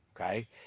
Okay